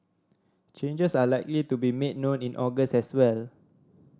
changes are likely to be made known in August as well